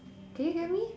can you hear me